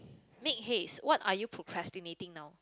make haste what are you procrastinating now